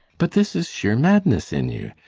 but this is sheer madness in you!